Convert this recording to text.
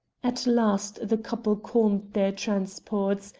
at last the couple calmed their transports,